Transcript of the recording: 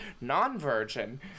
non-virgin